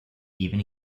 even